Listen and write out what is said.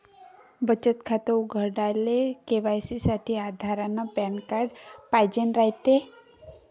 बचत खातं उघडाले के.वाय.सी साठी आधार अन पॅन कार्ड पाइजेन रायते